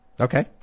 Okay